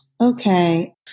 Okay